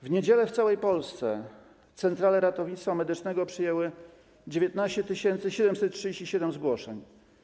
W niedzielę w całej Polsce centrale ratownictwa medycznego przyjęły 19 737 zgłoszeń.